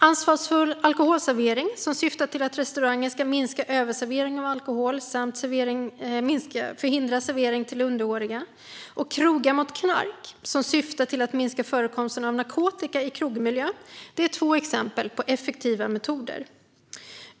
Ansvarsfull alkoholservering, som syftar till att restauranger ska minska överservering av alkohol samt förhindra servering till underåriga, och Krogar mot knark, som syftar till att minska förekomsten av narkotika i krogmiljö, är två exempel på effektiva metoder.